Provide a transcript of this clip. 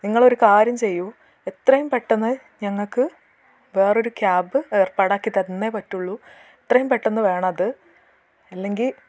നിങ്ങളൊരു കാര്യം ചെയ്യൂ എത്രയും പെട്ടെന്ന് ഞങ്ങൾക്ക് വേറൊരു ക്യാബ് ഏർപ്പാടാക്കി തന്നേ പറ്റുള്ളൂ എത്രയും പെട്ടെന്ന് വേണം അത് അല്ലെങ്കിൽ